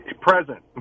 present